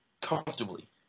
comfortably